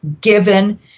given